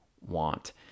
want